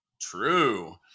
True